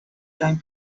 time